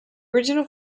original